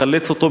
לחלץ אותו,